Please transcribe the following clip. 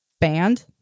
band